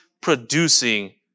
producing